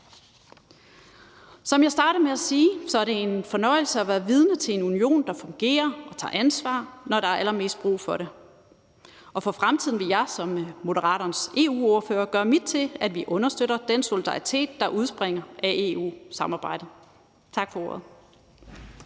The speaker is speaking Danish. Som jeg startede med at sige, er det en fornøjelse at være vidne til en union, der fungerer og tager ansvar, når der er allermest brug for det. Og for fremtiden vil jeg som Moderaternes EU-ordfører gøre mit til, at vi understøtter den solidaritet, der udspringer af EU-samarbejdet. Tak for ordet.